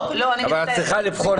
אבל את צריכה לבחור צד.